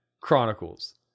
chronicles